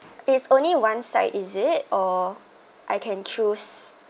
it's only one side is it or I can choose